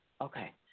Okay